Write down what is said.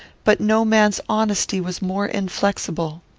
but no man's honesty was more inflexible.